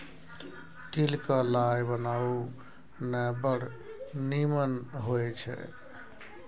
तिल क लाय बनाउ ने बड़ निमन होए छै